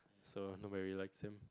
so not very like him